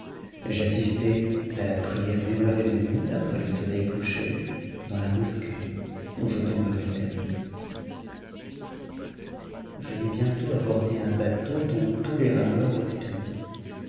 j'assistai à la prière d'une heure et demie après le soleil couché dans la mosquée où je demeurai le dernier je vis bientôt aborder un bateau dont tous les rameurs étaient